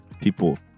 people